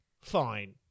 fine